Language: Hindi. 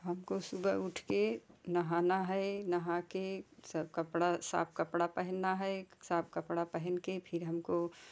हमको सुबह उठके नहाना है नहाके सब कपड़ा साफ कपड़ा पहनना है साफ कपड़ा पहन के फिर हमको